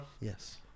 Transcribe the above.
Yes